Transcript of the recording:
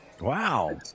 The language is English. Wow